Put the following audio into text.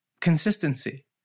consistency